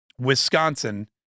Wisconsin